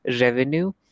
revenue